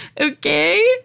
okay